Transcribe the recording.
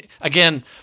again